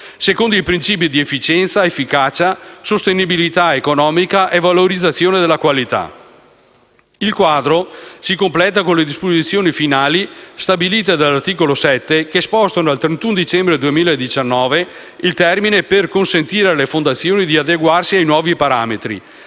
secondo principi di efficienza, efficacia, sostenibilità economica e valorizzazione della qualità. Il quadro si completa con le disposizioni finali stabilite nell'articolo 7, che spostano al 31 dicembre 2019 il termine per consentire alle fondazioni di adeguarsi ai nuovi parametri,